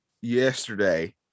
yesterday